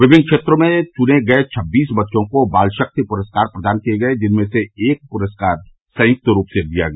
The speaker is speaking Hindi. विभिन्न क्षेत्रों में चुने गए छबीस बच्चों को बाल शक्ति पुरस्कार प्रदान किए गए जिनमें से एक पुरस्कार संयुक्त रूप से दिया गया